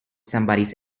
somebody